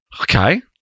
okay-